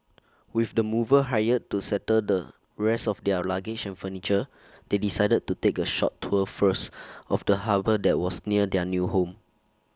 with the movers hired to settle the rest of their luggage and furniture they decided to take A short tour first of the harbour that was near their new home